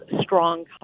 strong